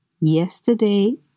Yesterday